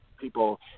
people